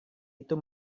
itu